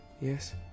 Yes